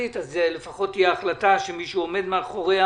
אז לפחות תהיה החלטה שמישהו עומד מאחוריה